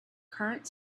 current